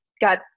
got